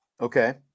Okay